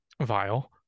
vile